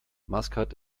maskat